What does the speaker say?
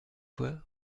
fois